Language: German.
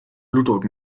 blutdruck